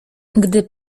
gdy